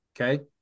Okay